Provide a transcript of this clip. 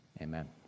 Amen